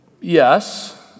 Yes